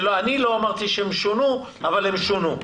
ואני לא אמרתי שהם שונו אבל הם שונו.